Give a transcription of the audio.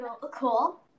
Cool